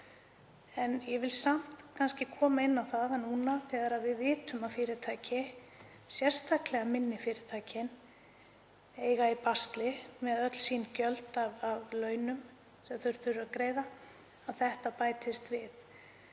En ég vil samt benda á það núna, þegar við vitum að fyrirtæki, sérstaklega minni fyrirtæki, eiga í basli með öll sín gjöld af launum sem þau þurfa að greiða, að þetta bætist við.